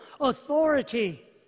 authority